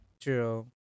True